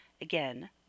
Again